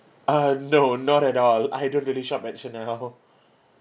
uh no not at all I don't really shop at chanel